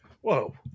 Whoa